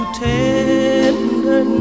tender